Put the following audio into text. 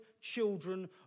children